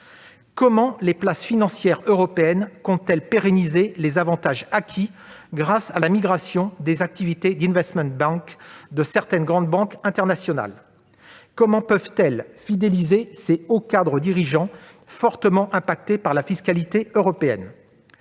Comment les places financières européennes comptent-elles pérenniser les avantages acquis grâce à la migration des activités d'de certaines grandes banques internationales ? Comment peuvent-elles fidéliser ces hauts cadres dirigeants fortement touchés par la fiscalité européenne ?